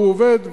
הוא עובד,